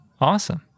Awesome